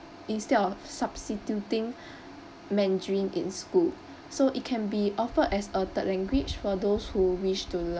instead of substituting mandarin in school so it can be offered as a third language for those who wish to